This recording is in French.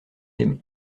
aimé